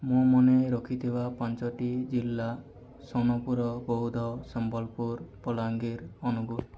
ମୁଁ ମନେ ରଖିଥିବା ପାଞ୍ଚଟି ଜିଲ୍ଲା ସୋନପୁର ବୌଦ୍ଧ ସମ୍ବଲପୁର ବଲାଙ୍ଗୀର ଅନୁଗୁଳ